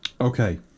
Okay